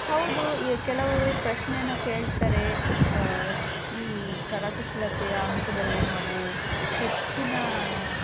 ಹೌದು ಈಗ ಕೆಲವರು ಪ್ರಶ್ನೆಯನ್ನು ಕೇಳ್ತಾರೆ ಈ ಕರಕುಶಲತೆಯ ಅಂಶದಲ್ಲಿ ನಾವು ಹೆಚ್ಚಿನ